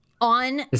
on